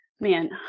Man